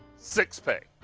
six pay.